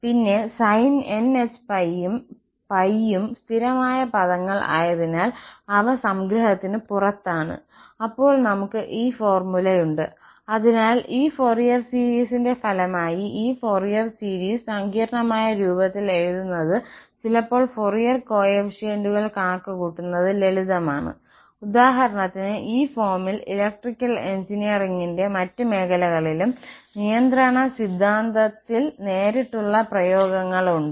പിന്നെ sinhπ ഉം π ഉം സ്ഥിരമായ പദങ്ങൾ ആയതിനാൽ അവ സംഗ്രഹത്തിന് പുറത്താണ് അപ്പോൾ നമുക്ക് sin hπ n ∞ 1n1¿1n2einx ഉണ്ട് അതിനാൽ ഈ ഫോറിയർ സീരിസിന്റെ ഫലമായി ഈ ഫോറിയർ സീരീസ് സങ്കീർണ്ണമായ രൂപത്തിൽ എഴുതുന്നത് ചിലപ്പോൾ ഫൊറിയർ കോഫിഫിഷ്യന്റുകൾ കണക്കുകൂട്ടുന്നത് ലളിതമാണ് ഉദാഹരണത്തിന് ഈ ഫോമിൽ ഇലക്ട്രിക്കൽ എഞ്ചിനീയറിംഗിന്റെ മറ്റ് മേഖലകളിലും നിയന്ത്രണ സിദ്ധാന്തത്തിൽ നേരിട്ടുള്ള പ്രയോഗങ്ങളുണ്ട്